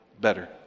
better